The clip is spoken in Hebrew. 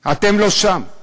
אתם לא שם.